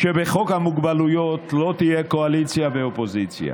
שבחוק המוגבלויות לא תהיה קואליציה ואופוזיציה.